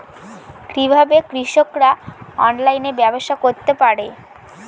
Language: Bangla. কিভাবে কৃষকরা অনলাইনে ব্যবসা করতে পারে?